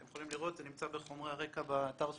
אתם יכולים לקרוא על זה בחומר הרקע של אתר הוועדה.